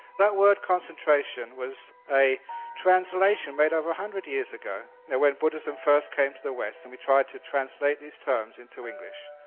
that word concentration was a translation made over one hundred years ago when buddhism first came to the west and we tried to translate these terms into english.